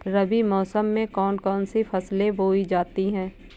रबी मौसम में कौन कौन सी फसलें बोई जाती हैं?